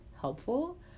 helpful